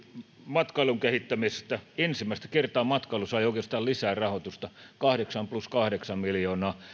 matkailun kehittämisestä ensimmäistä kertaa matkailu sai oikeastaan lisää rahoitusta kahdeksan plus kahdeksan miljoonaa